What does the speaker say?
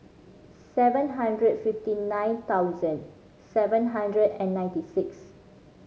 seven hundred fifty nine thousand seven hundred and ninety six